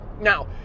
now